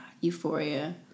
Euphoria